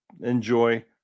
enjoy